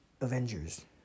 avengers